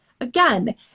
again